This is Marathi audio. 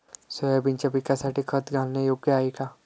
सोयाबीनच्या पिकासाठी खत घालणे योग्य आहे का?